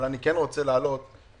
אבל אני כן רוצה להעלות בפניך,